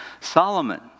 Solomon